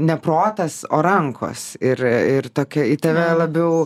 ne protas o rankos ir ir tokia į tave labiau